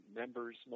members